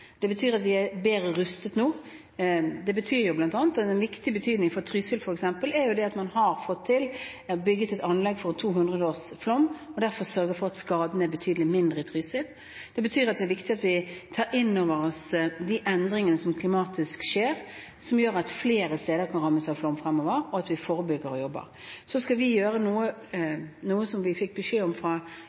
Det betyr at vi er bedre rustet nå. En viktig betydning det har hatt for Trysil, f.eks., er at man har fått bygget et anlegg med tanke på en 200-årsflom og dermed sørget for at skadene er betydelig mindre i Trysil. Det betyr at det er viktig at vi tar inn over oss de klimatiske endringene som skjer, som gjør at flere steder kan rammes av flom fremover, og at vi forebygger og jobber. Så skal vi gjøre noe som vi fikk beskjed om fra